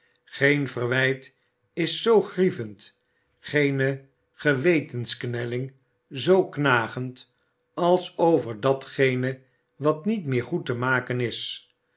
geen verwijt is zoo grievend geene gewetensknelling zoo knagend als over datgene wat niet meer goed te maken is